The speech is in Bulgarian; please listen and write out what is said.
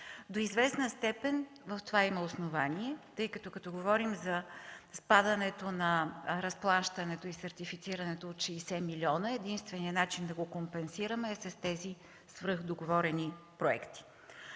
До известна степен в това има основание, тъй като говорим за спадане на разплащането и сертифицирането от 60 милиона. Единственият начин да го компенсираме е с тези свръхдоговорени проекти.